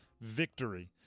victory